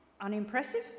Unimpressive